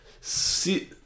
See